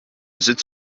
sitzt